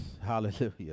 hallelujah